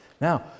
Now